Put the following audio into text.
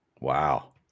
Wow